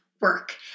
work